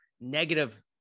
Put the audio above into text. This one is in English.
negative